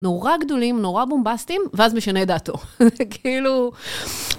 נורא גדולים, נורא בומבסטים, ואז משנה את דעתו. זה כאילו...